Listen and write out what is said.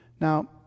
Now